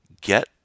get